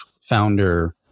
founder